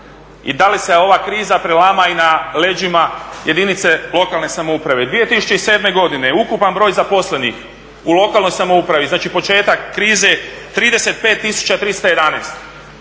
i da li se ova kriza prelama i na leđima jedinice lokalne samouprave. 2007. godine ukupan broj zaposlenih u lokalnoj samoupravi, znači početak krize, 35